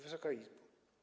Wysoka Izbo!